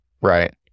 Right